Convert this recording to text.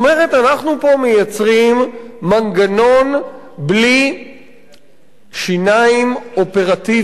אנחנו פה מייצרים מנגנון בלי שיניים אופרטיביות,